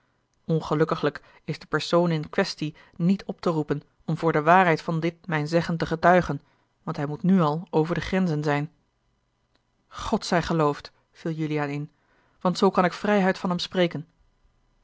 ongelukkiglijk is de persoon in quaestie niet op te roepen om voor de waara l g bosboom-toussaint de delftsche wonderdokter eel dit mijn zeggen te getuigen want hij moet nu al over de grenzen zijn god zij geloofd viel juliaan in want zoo kan ik vrijuit van hem spreken